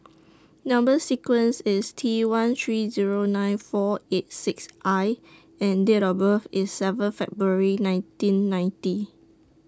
Number sequence IS T one three Zero nine four eight six I and Date of birth IS seven February nineteen ninety